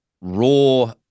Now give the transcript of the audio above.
raw